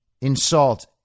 insult